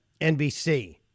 NBC